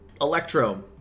electro